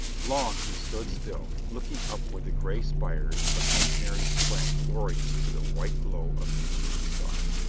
long he stood still, looking up where the gray spire of st. mary's sprang glorious to the white glow of the evening star.